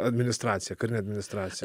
administracija karinė administracija